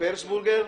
יונה פרסבורגר,